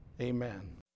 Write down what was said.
Amen